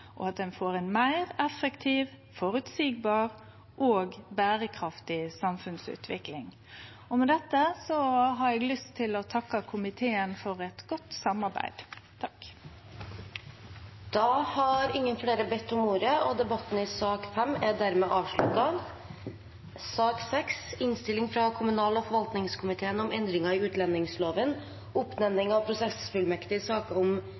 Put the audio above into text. og at ein får ei meir effektiv, føreseieleg og berekraftig samfunnsutvikling. Med dette har eg lyst til å takke komiteen for eit godt samarbeid. Fleire har ikkje bedt om ordet til sak nr. 5. Ingen har bedt om ordet. Etter ønske fra kommunal- og forvaltningskomiteen